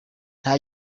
nta